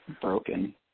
broken